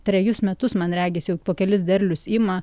trejus metus man regis jau po kelis derlius ima